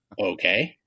Okay